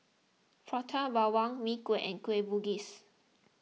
Prata Bawang Mee Kuah and Kueh Bugis